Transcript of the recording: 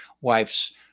wife's